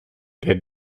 der